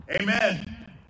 Amen